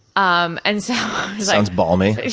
um and, so sounds balmy.